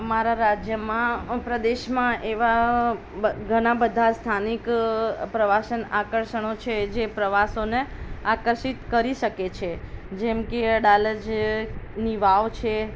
અમારા રાજ્યમાં અ પ્રદેશમાં એવા બ ઘણાં બધાં સ્થાનિક પ્રવાસન આકર્ષણો છે જે પ્રવાસીઓને આકર્ષિત કરી શકે છે જેમ કે અડાલજની વાવ છે